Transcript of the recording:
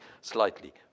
slightly